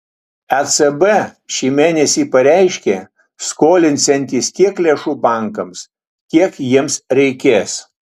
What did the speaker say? ecb šį mėnesį pareiškė skolinsiantis tiek lėšų bankams kiek jiems reikės